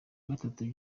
gatatu